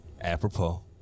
apropos